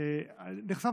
פשוט נחסמתי,